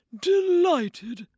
Delighted